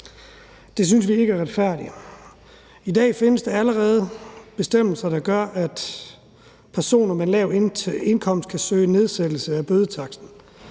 Det synes vi ikke er retfærdigt. I dag findes der allerede bestemmelser, der gør, at personer med lav indkomst kan søge nedsættelse af bødetaksten.